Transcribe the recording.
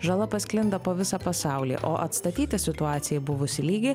žala pasklinda po visą pasaulį o atstatyti situacijai buvusį lygį